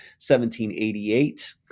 1788